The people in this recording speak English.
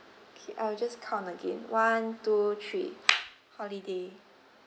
K I will just count again one two three holiday